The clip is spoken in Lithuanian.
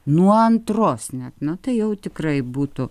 nuo antros net na tai jau tikrai būtų